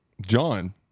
John